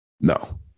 No